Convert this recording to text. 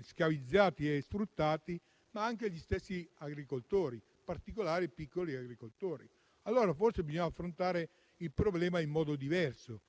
schiavizzati e sfruttati, ma anche gli stessi agricoltori, in particolare i piccoli agricoltori. Allora, forse, bisogna affrontare il problema in modo diverso